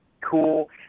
cool